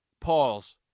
Pause